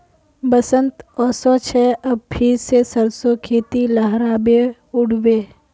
बसंत ओशो छे अब फिर से सरसो खेती लहराबे उठ बे